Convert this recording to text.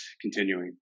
continuing